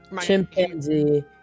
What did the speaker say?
Chimpanzee